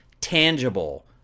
tangible